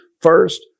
First